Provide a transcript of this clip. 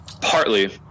partly